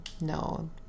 No